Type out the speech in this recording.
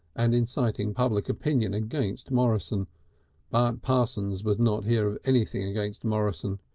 and inciting public opinion against morrison. but parsons would not hear of anything against morrison.